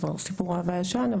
שזה סיפור אהבה ישן,